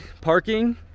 parking